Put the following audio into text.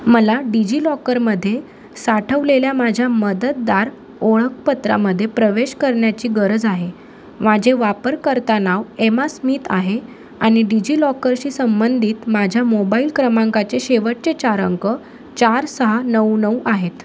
मला डिजिलॉकरमध्ये साठवलेल्या माझ्या मतदार ओळखपत्रामध्ये प्रवेश करण्याची गरज आहे माझे वापरकर्ता नाव एमास्मित आहे आणि डिजिलॉकरशी संबंधित माझ्या मोबाईल क्रमांकाचे शेवटचे चार अंक चार सहा नऊ नऊ आहेत